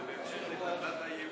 זה בהמשך לטבלת הייאוש,